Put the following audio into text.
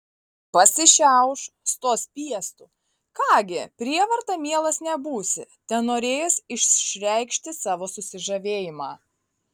pasišiauš stos piestu ką gi prievarta mielas nebūsi tenorėjęs išreikšti savo susižavėjimą